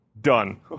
Done